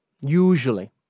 usually